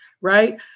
right